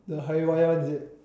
the Hari-Raya one is it